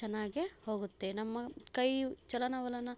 ಚೆನ್ನಾಗೆ ಹೋಗುತ್ತೆ ನಮ್ಮ ಕೈಯ ಚಲನವಲನ